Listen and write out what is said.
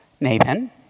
Nathan